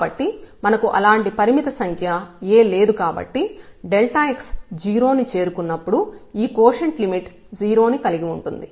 కాబట్టి మనకు అలాంటి పరిమిత సంఖ్య A లేదు కాబట్టి x 0 ని చేరుకున్నప్పుడు ఈ కోషెంట్ లిమిట్ 0 ని కలిగి ఉంటుంది